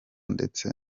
ndetse